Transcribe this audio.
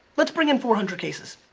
let's bring in four hundred cases.